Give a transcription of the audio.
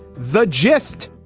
the gist